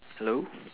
hello